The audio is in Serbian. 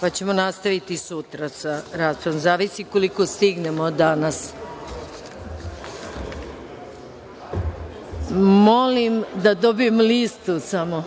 pa ćemo nastaviti sutra sa raspravom, zavisi koliko stignemo danas. Molim da dobijem listu samo.